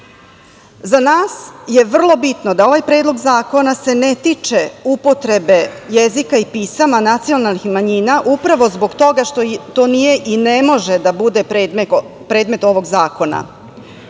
nas je vrlo bitno da ovaj Predlog zakona se ne tiče upotrebe jezika i pisama nacionalnih manjina upravo zbog toga što to nije i ne može da bude predmet ovog zakona.